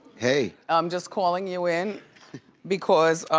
hey. i'm just calling you in because